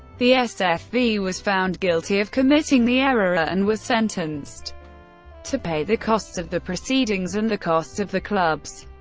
the sfv was found guilty of committing the error, and was sentenced to pay the costs of the proceedings and the costs of the clubs.